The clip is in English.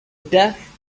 death